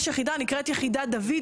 נקראת יחידת "דויד",